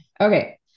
Okay